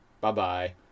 Bye-bye